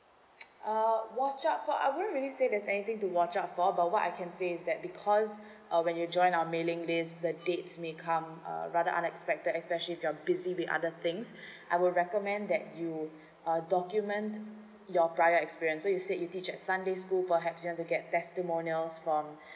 uh watch out for I won't really say there's anything to watch out for what I can say is that because uh when you join our mailing list the dates may come uh rather unexpected especially if you're busy with other things I will recommend that you uh document your prior experience so you said you teach at sunday school perhaps you want to get testimonials from